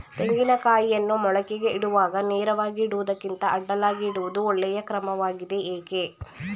ತೆಂಗಿನ ಕಾಯಿಯನ್ನು ಮೊಳಕೆಗೆ ಇಡುವಾಗ ನೇರವಾಗಿ ಇಡುವುದಕ್ಕಿಂತ ಅಡ್ಡಲಾಗಿ ಇಡುವುದು ಒಳ್ಳೆಯ ಕ್ರಮವಾಗಿದೆ ಏಕೆ?